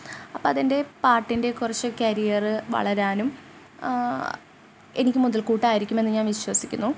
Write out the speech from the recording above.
അപ്പം അതെന്റെ പാട്ടിന്റെ കുറച്ച് കരിയർ വളരാനും എനിക്ക് മുതല്ക്കൂട്ട് ആയിരിക്കുമെന്ന് ഞാന് വിശ്വസിക്കുന്നു